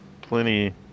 plenty